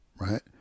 right